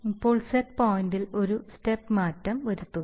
ഇപ്പോൾ സെറ്റ് പോയിന്റിൽ ഒരു സ്റ്റെപ്പ് മാറ്റം വരുത്തുക